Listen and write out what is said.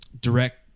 direct